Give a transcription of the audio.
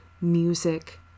music